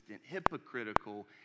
hypocritical